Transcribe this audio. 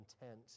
intent